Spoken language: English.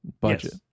budget